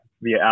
via